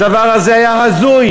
הדבר הזה היה הזוי,